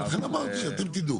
לכן אמרתי שאתם תדעו.